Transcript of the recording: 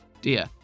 Dear